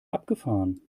abgefahren